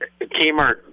Kmart